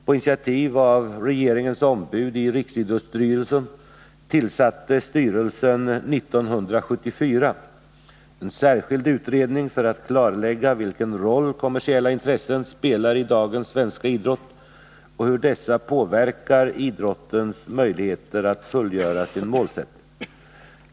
På initiativ av regeringens ombud i riksidrottsstyrelsen tillsatte styrelsen 1974 en särskild utredning för att klarlägga vilken roll kommersiella intressen spelar i dagens svenska idrott och hur dessa påverkar idrottens möjligheter att fullgöra sin målsättning.